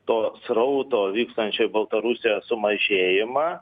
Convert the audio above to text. to srauto vykstančio į baltarusiją sumažėjimą